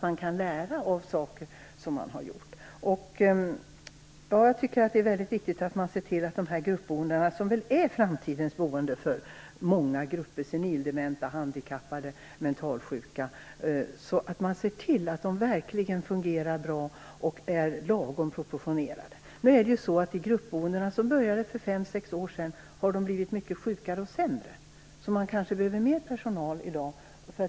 Man kan lära av saker man har gjort. Jag tycker att det är väldigt viktigt att man ser till att gruppboendena, som väl är framtidens boende för många grupper - senildementa, handikappade och mentalsjuka - verkligen fungerar bra och är lagom proportionerade. I de gruppboenden som startade för fem sex år sedan har de boende blivit mycket sjukare och sämre. Man kanske behöver mer personal i dag.